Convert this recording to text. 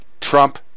Trump